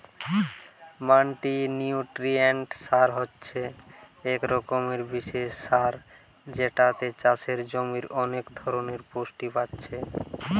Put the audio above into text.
multinutrient সার হচ্ছে এক রকমের বিশেষ সার যেটাতে চাষের জমির অনেক ধরণের পুষ্টি পাচ্ছে